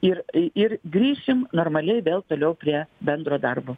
ir ir grįšim normaliai vėl toliau prie bendro darbo